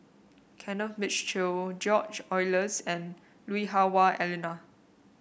Kenneth Mitchell George Oehlers and Lui Hah Wah Elena